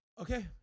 okay